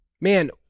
man